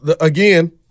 again